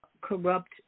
corrupt